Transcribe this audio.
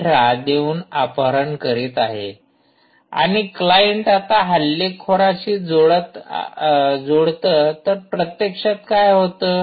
१८ देऊन अपहरण करत आहे आणि क्लाईंट आता हल्लेखोरांशी जोडत तर प्रत्यक्षात काय होत